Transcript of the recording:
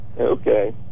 Okay